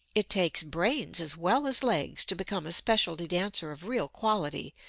it takes brains as well as legs to become a specialty dancer of real quality,